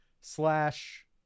slash